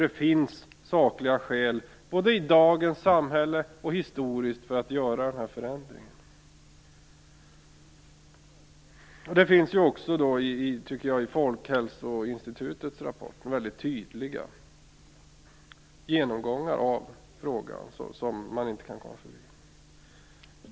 Det finns sakliga skäl, både i dagens samhälle och historiskt, för att göra denna förändring. Det finns också, tycker jag, i Folkhälsoinstitutets rapport väldigt tydliga genomgångar av frågan som man inte kan komma förbi.